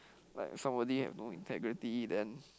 like somebody have no integrity then